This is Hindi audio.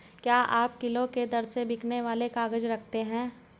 क्या आप किलो के दर से बिकने वाले काग़ज़ रखते हैं?